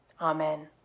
Amen